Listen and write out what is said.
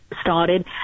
started